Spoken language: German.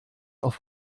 auf